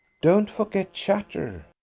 don't forget chatter,